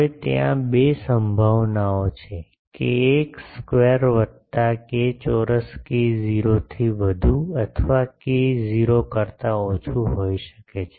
હવે ત્યાં બે સંભાવનાઓ છે કેએક્સ સ્ક્વેર વત્તા કે ચોરસ કે 0 થી વધુ અથવા કે 0 કરતા ઓછું હોઈ શકે છે